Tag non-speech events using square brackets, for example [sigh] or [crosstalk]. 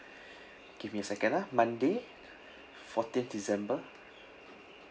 [breath] give me second ah monday fourteenth december